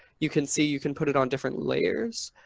you can see you can put it on different layers.